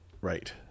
right